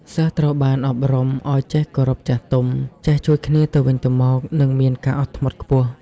សិស្សត្រូវបានអប់រំឲ្យចេះគោរពចាស់ទុំ ចេះជួយគ្នាទៅវិញទៅមក និងមានការអត់ធ្មត់ខ្ពស់។